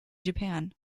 japan